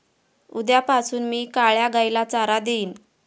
उद्यापासून मी काळ्या गाईला चारा देईन